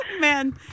Man